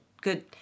good